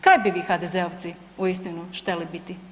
Kaj bi vi, HDZ-ovci uistinu šteli biti?